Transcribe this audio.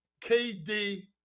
KD